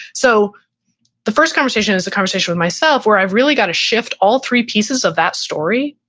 so the first conversation is a conversation with myself where i've really got to shift all three pieces of that story